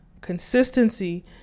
Consistency